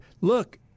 Look